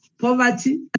poverty